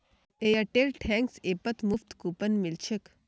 Airtel thanks ऐपत मुफ्त coupon मिल छेक